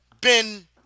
Ben